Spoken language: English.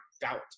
doubt